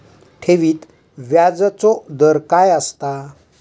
ठेवीत व्याजचो दर काय असता?